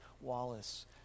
Wallace